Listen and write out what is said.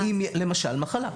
למשל, מחלה.